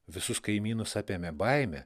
visus kaimynus apėmė baimė